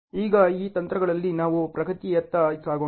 ಈಗ ಈ ತಂತ್ರಗಳಲ್ಲಿ ನಾವು ಪ್ರಗತಿಯತ್ತ ಸಾಗೋಣ